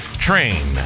Train